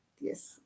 yes